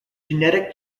genetic